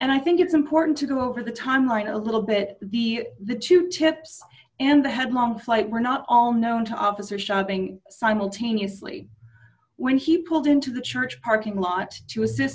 and i think it's important to go over the timeline a little bit the the two tips and the headlong flight were not all known to officer shopping simultaneously when he pulled into the church parking lot to assist